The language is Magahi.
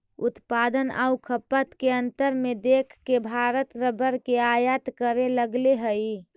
उत्पादन आउ खपत के अंतर के देख के भारत रबर के आयात करे लगले हइ